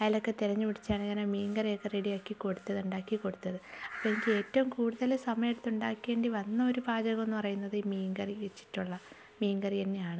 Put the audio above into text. അതിലൊക്കെ തിരഞ്ഞുപിടിച്ചാണ് ഞാനാ മീൻകറി ഒക്കെ റെഡി ആക്കി കൊടുത്തത് ഉണ്ടാക്കി കൊടുത്തത് അപ്പം എനിക്ക് ഏറ്റവും കൂടുതൽ സമയം എടുത്തുണ്ടാക്കേണ്ടി വന്ന ഒരു പാചകം എന്ന് പറയുന്നത് മീൻകറി വെച്ചിട്ടുള്ള മീൻകറി തന്നെയാണ്